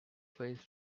face